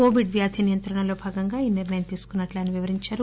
Covid వ్యాధిని నియంత్రణలోభాగంగా ఈ నిర్ణయం తీసుకున్న ట్లువివరించారు